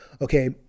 okay